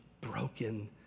broken